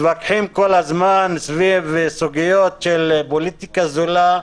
מתווכחים כל הזמן סביב סוגיות של פוליטיקה זולה.